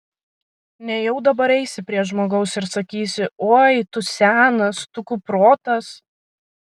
nejau dabar eisi prie žmogaus ir sakysi oi tu senas tu kuprotas